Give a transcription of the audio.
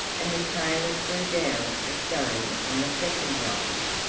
and the tailor threw down a stone on the second giant,